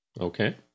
Okay